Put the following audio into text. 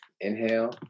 Inhale